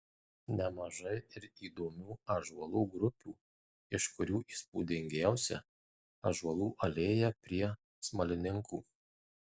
nemažai ir įdomių ąžuolų grupių iš kurių įspūdingiausia ąžuolų alėja prie smalininkų